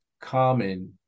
common